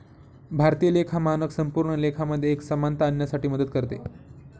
भारतीय लेखा मानक संपूर्ण लेखा मध्ये एक समानता आणण्यासाठी मदत करते